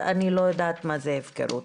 אני לא יודעת מהי הפקרות.